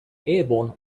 airborne